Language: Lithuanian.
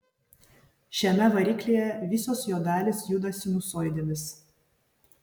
šiame variklyje visos jo dalys juda sinusoidėmis